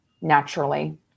naturally